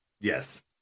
Yes